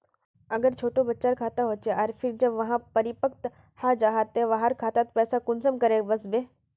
अगर छोटो बच्चार खाता होचे आर फिर जब वहाँ परिपक है जहा ते वहार खातात पैसा कुंसम करे वस्बे?